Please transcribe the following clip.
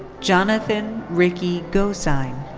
jonathan ricky gosyne.